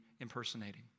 impersonating